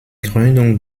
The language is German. gründung